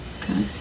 Okay